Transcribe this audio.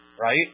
right